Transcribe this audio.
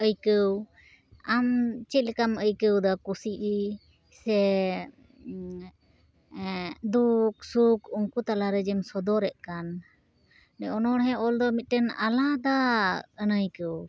ᱟᱹᱭᱠᱟᱹᱣ ᱟᱢ ᱪᱮᱫ ᱞᱮᱠᱟᱢ ᱟᱹᱭᱠᱟᱹᱣ ᱮᱫᱟ ᱠᱩᱥᱤ ᱥᱮ ᱫᱩᱠ ᱥᱩᱠ ᱩᱱᱠᱩ ᱛᱟᱞᱟᱨᱮ ᱡᱮᱢ ᱥᱚᱫᱚᱨ ᱮᱫ ᱠᱟᱱ ᱚᱱᱚᱲᱦᱮ ᱚᱞ ᱫᱚ ᱢᱤᱫᱴᱮᱱ ᱟᱞᱟᱫᱟ ᱟᱹᱱᱟᱹᱭᱠᱟᱹᱣ